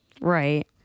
Right